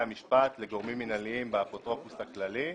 המשפט לגורמים מינהליים באפוטרופוס הכללי.